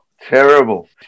terrible